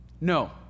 No